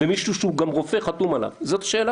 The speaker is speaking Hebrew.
החוק